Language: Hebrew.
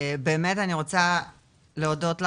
ובאמת, אני רוצה להודות לך,